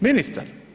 Ministar.